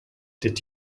did